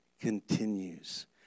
continues